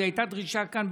זו הייתה דרישה כאן,